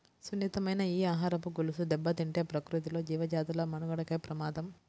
సున్నితమైన ఈ ఆహారపు గొలుసు దెబ్బతింటే ప్రకృతిలో జీవజాతుల మనుగడకే ప్రమాదం